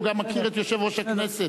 הוא גם מכיר את יושב-ראש הכנסת.